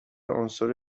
عنصر